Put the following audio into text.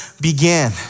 began